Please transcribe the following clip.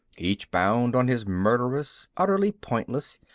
each bound on his murderous, utterly pointless,